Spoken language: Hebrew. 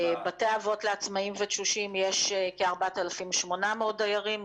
בבתי האבות לעצמאיים ולתשושים יש כ-4,800 דיירים.